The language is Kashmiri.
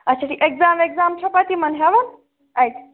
اچھا ٹھیٖک ایٚکزام ویٚکزام چھا پَتہٕ یِمَن ہیٚوان اتہِ